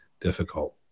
difficult